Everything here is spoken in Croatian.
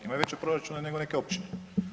Imaju veće proračune nego neke općine.